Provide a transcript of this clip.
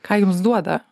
ką jums duoda